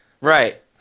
Right